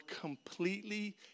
completely